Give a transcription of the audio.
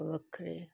ਵੱਖਰੇ